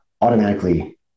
automatically